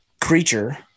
creature